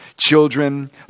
children